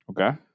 Okay